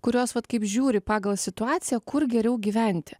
kurios vat kaip žiūri pagal situaciją kur geriau gyventi